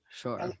Sure